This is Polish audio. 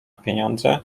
pieniądze